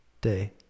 day